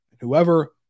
Whoever